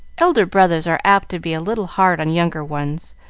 elder brothers are apt to be a little hard on younger ones,